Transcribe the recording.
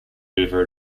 hoover